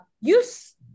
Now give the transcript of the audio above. use